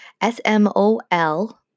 S-M-O-L